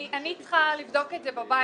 אני צריכה לבדוק את זה בבית.